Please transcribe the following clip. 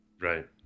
right